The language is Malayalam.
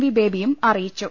വി ബേബിയും അറിയിച്ചു